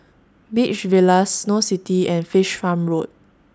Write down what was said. Beach Villas Snow City and Fish Farm Road